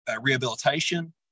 rehabilitation